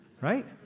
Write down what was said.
Right